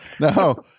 No